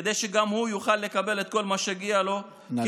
כדי שגם הוא יוכל לקבל את כל מה שמגיע לו כמטופל.